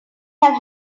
have